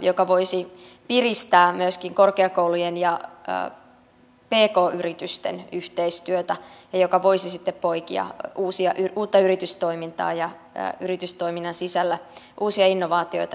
joka voisi piristää myöskin korkeakoulujen ja pk yritysten yhteistyötä ja joka voisi sitten poikia uutta yritystoimintaa ja yritystoiminnan sisällä uusia innovaatioita ja kasvua